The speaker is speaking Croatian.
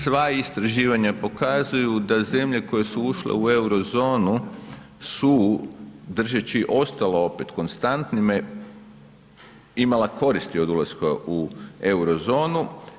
Sva istraživanja pokazuju da zemlje koje su ušle u euro-zonu su držeći ostalo opet konstantnim imala koristi od ulaska u euro-zonu.